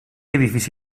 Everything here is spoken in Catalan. edifici